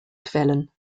quellen